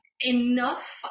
Enough